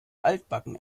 altbacken